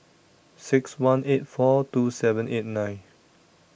six one eight four two seven eight nine